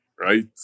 right